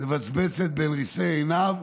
מבצבצת בין ריסי עיניו,